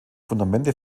fundamente